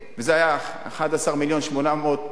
וזה היה 11 מיליון ו-800,000.